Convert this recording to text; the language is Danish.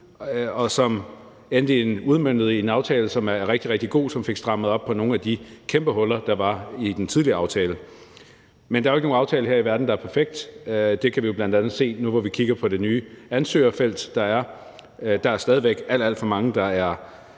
og som blev udmøntet i en aftale, som er rigtig, rigtig god, og som fik strammet op og lukket nogle af de kæmpe huller, der var i den tidligere aftale. Men der er jo ikke nogen aftale her i verden, der er perfekt. Det kan vi jo bl.a. se nu, hvor vi kigger på det nye ansøgerfelt, der er; der er stadig væk alt, alt for mange, der er